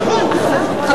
תודה.